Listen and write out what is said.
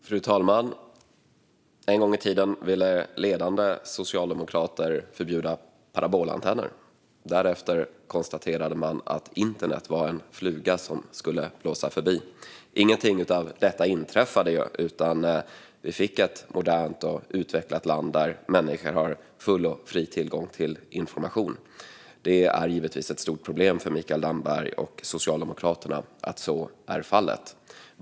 Fru talman! En gång i tiden ville ledande socialdemokrater förbjuda parabolantenner. Därefter konstaterade man att internet var en fluga som skulle blåsa förbi. Ingenting av detta inträffade ju, utan vi fick ett modernt och utvecklat land där människor har full och fri tillgång till information. Det är givetvis ett stort problem för Mikael Damberg och Socialdemokraterna att så är fallet.